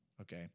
Okay